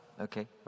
Okay